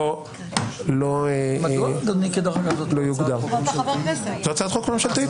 --- מדוע אדוני --- זו הצעת חוק ממשלתית.